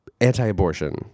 anti-abortion